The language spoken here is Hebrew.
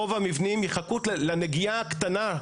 רוב המבנים יחכו לנגיעה הקטנה,